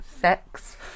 sex